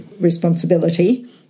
responsibility